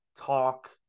talk